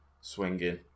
swinging